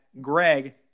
greg